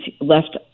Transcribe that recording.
left